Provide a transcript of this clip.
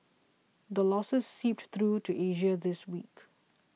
the losses seeped through to Asia this week